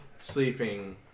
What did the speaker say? sleeping